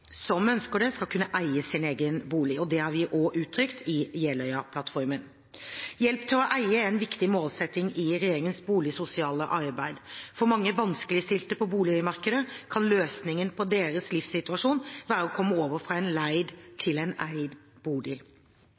som ønsker det, skal kunne eie sin egen bolig. Det har vi også uttrykt i Jeløya-plattformen. Hjelp til å eie er en viktig målsetting i regjeringens boligsosiale arbeid. For mange vanskeligstilte på boligmarkedet kan løsningen på deres livssituasjon være å komme over fra en leid til en eid bolig.